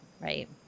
Right